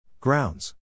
Grounds